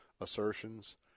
assertions